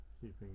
keeping